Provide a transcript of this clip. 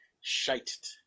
shite